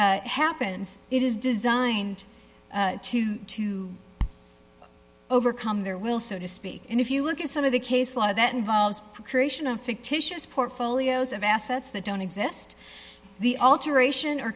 happens it is designed to overcome their will so to speak and if you look at some of the case a lot of that involves the creation of fictitious portfolios of assets that don't exist the alteration or